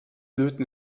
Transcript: löten